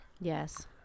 Yes